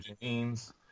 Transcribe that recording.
jeans